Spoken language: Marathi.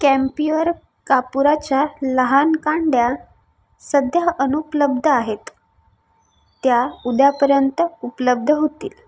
कॅम्प्युअर कापूराच्या लहान कांड्या सध्या अनुपलब्ध आहेत त्या उद्यापर्यंत उपलब्ध होतील